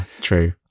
true